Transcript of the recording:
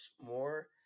more